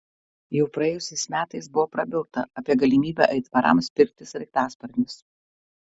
jau praėjusiais metais buvo prabilta apie galimybę aitvarams pirkti sraigtasparnius